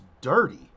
dirty